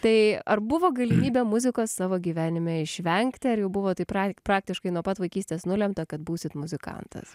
tai ar buvo galimybė muzikos savo gyvenime išvengti ar jau buvot tai pra praktiškai nuo pat vaikystės nulemta kad būsit muzikantas